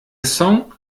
song